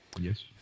Yes